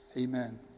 Amen